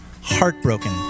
heartbroken